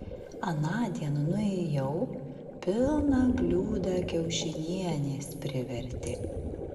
anądien nuėjau pilną bliūdą kiaušinienės privertė